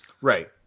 Right